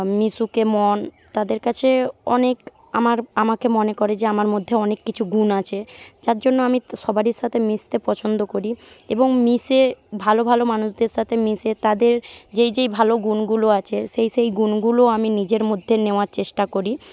মিশুকে মন তাদের কাছে অনেক আমার আমাকে মনে করে যে আমার মধ্যে অনেক কিছু গুণ আছে যার জন্য আমি সবারই সাথে মিশতে পছন্দ করি এবং মিশে ভালো ভালো মানুষদের সাথে মিশে তাদের যেই যেই ভালো গুণগুলো আছে সেই সেই গুণগুলো আমি নিজের মধ্যে নেওয়ার চেষ্টা করি